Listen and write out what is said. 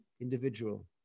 individual